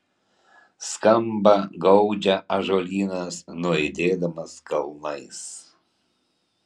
skamba gaudžia ąžuolynas nuaidėdamas kalnais